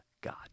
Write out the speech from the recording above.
God